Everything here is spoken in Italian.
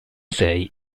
sei